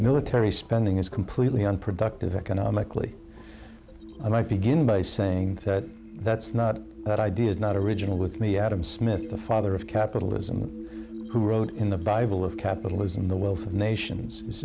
military spending is completely unproductive economically i might begin by saying that that's not that idea is not original with me adam smith the father of capitalism who wrote in the bible of capitalism the wealth of nations